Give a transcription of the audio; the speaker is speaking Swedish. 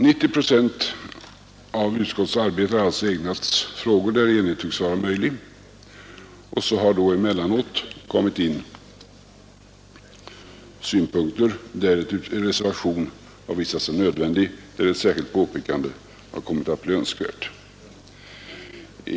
90 procent av utskottets arbete har alltså ägnats åt frågor där enighet tycks vara möjlig, och så har då emellanåt kommit in synpunkter där en reservation har visat sig nödvändig, där ett särskilt påpekande har kommit att bli önskvärt.